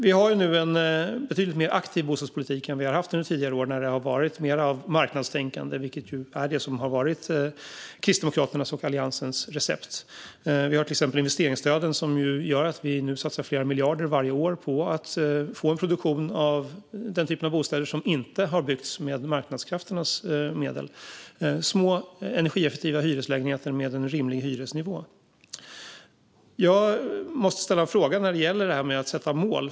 Vi har nu en betydligt aktivare bostadspolitik än under tidigare år när det har varit mer av marknadstänkande, vilket ju har varit Kristdemokraternas och Alliansens recept. Vi har till exempel investeringsstöden, som gör att vi nu satsar flera miljarder varje år på att få en produktion av den typ av bostäder som inte har lyfts med marknadskrafternas medel, alltså små och energieffektiva hyreslägenheter med en rimlig hyresnivå. Jag måste ställa en fråga när det gäller detta med att sätta upp mål.